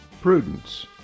Prudence